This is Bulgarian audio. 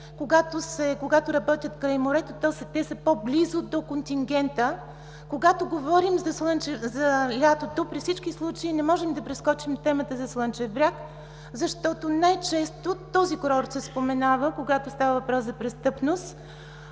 когато работят край морето, са по-близо до контингента. Когато говорим за лятото, при всички случаи не можем да прескочим темата за „Слънчев бряг“, защото най-често този курорт се споменава, когато става въпрос за престъпност.